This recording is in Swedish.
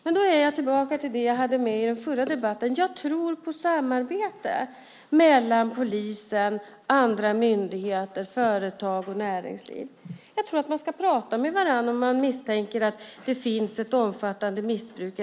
Därmed är jag tillbaka till det jag hade med i den förra debatten: Jag tror på samarbete mellan polisen, andra myndigheter, företag och näringsliv. Jag tror att man ska sätta sig ned och prata med varandra om man misstänker att det finns ett omfattande missbruk.